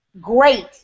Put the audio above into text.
great